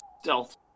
stealth